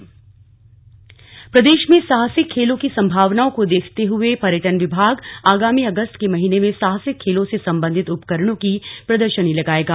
प्रदर्शनी प्रदेश में साहसिक खेलों की संभावनाओं को देखते हुए पर्यटन विभाग आगामी अगस्त के महीने में साहसिक खेलों से संबंधित उपकरणों की प्रदर्शनी लगाएगा